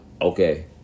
Okay